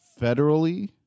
federally